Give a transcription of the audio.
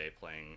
playing